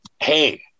hey